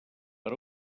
per